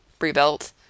rebuilt